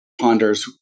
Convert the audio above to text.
ponders